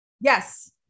Yes